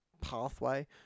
pathway